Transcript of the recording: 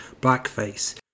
blackface